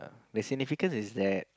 the significance is that